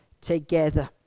together